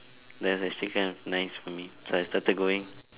that was actually kind of nice for me so I started going